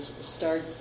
start